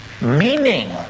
meaning